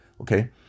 Okay